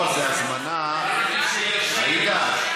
לא, זה הזמנה, עאידה,